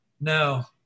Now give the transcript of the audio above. No